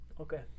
Okay